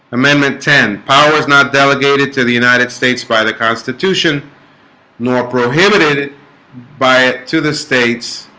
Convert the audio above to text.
amendment ten powers not delegated to the united states by the constitution nor prohibited by it to the states